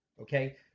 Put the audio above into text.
okay